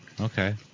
Okay